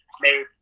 made